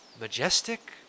majestic